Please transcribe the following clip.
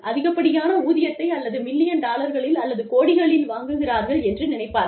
அதிகப்படியான ஊதியத்தை அதாவது மில்லியன் டாலர்களில் அல்லது கோடிகளில் வாங்குகிறார்கள் என்று நினைப்பார்கள்